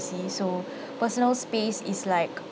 privacy so personal space is like